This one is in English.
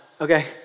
okay